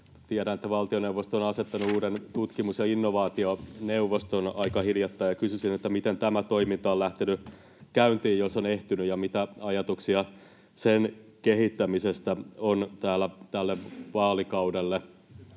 tiedän, että valtioneuvosto on asettanut uuden tutkimus- ja innovaationeuvoston aika hiljattain. Kysyisin: miten tämä toiminta on lähtenyt käyntiin, jos on ehtinyt, ja mitä ajatuksia sen kehittämisestä on täällä tälle vaalikaudelle?